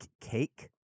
cake